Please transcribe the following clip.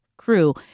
crew